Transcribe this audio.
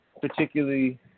particularly